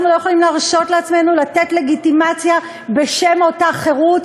אנחנו לא יכולים להרשות לעצמנו לתת לגיטימציה בשם אותה חירות